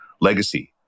legacy